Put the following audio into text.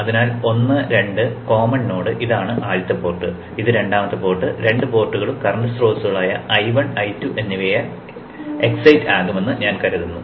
അതിനാൽ 1 2 common node ഇതാണ് ആദ്യത്തെ പോർട്ട് ഇത് രണ്ടാമത്തെ പോർട്ട് രണ്ട് പോർട്ടുകളും കറന്റ് സ്രോതസ്സുകളായ I1 I2 എന്നിവയാൽ എക്സൈറ്റ് ആകുമെന്ന് ഞാൻ കരുതുന്നു